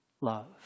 love